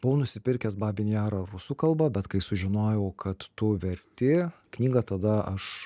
buvau nusipirkęs babyn jarą rusų kalbą bet kai sužinojau kad tu verti knygą tada aš